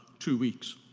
two weeks.